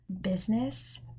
business